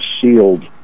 sealed